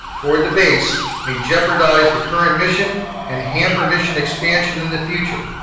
toward the base may jeopardize the current mission and hamper mission expansion in the future.